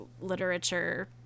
literature